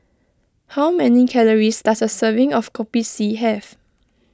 how many calories does a serving of Kopi C have